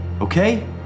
okay